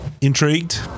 intrigued